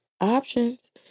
Options